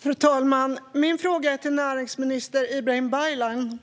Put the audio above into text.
Fru talman! Min fråga går till näringsminister Ibrahim Baylan.